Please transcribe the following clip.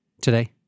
today